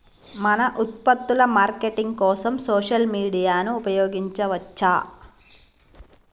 మన ఉత్పత్తుల మార్కెటింగ్ కోసం సోషల్ మీడియాను ఉపయోగించవచ్చా?